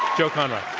joe konrath.